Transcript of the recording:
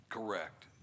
Correct